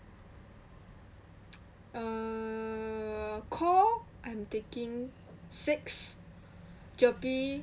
uh core I'm taking six GERPE